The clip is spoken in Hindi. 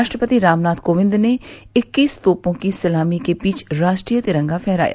राष्ट्रपति रामनाथ कोविंद ने इक्कीस तोपों की सलामी के बीच राष्ट्रीय तिरंगा फहराया